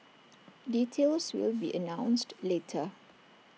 details will be announced later